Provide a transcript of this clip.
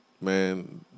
man